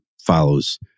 follows